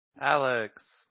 Alex